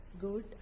good